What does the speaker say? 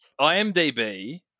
IMDB